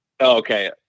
Okay